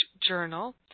journal